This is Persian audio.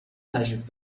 تشریف